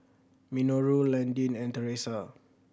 Minoru Landin and Theresa